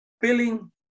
feeling